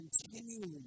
continually